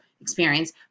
experience